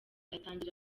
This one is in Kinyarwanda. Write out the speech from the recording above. atangira